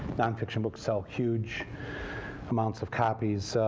nonfiction books sell huge amounts of copies.